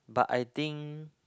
but I think